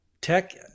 Tech